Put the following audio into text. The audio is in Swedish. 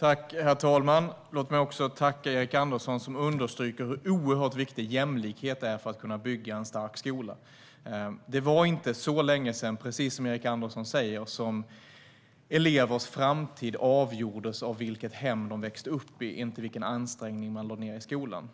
Herr talman! Låt mig tacka för att Erik Andersson understryker hur oerhört viktig jämlikhet är för att man ska kunna bygga en stark skola. Precis som Erik Andersson sa är det inte så länge sedan som elevers framtid avgjordes av vilket hem de växte upp i, inte av den ansträngning de lade ned på skolan.